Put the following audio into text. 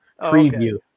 preview